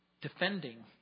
defending